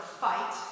fight